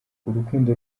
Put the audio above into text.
urukundo